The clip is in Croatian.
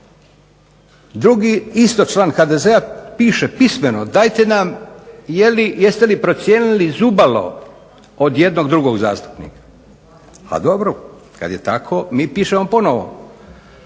Drugi, isto član HDZ-a, piše pismeno dajte nam jeste li procijenili zubalo od jednog drugog zastupnika. Pa dobro, kad je tako mi pišemo ponovno